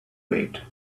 wait